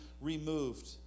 removed